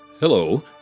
Hello